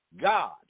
God